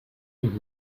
und